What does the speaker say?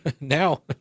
Now